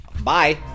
Bye